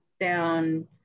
down